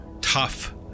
tough